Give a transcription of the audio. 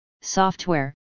software